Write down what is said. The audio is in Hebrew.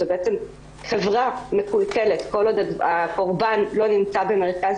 זו בעצם חברה מקולקלת כל עוד הקורבן לא נמצא במרכז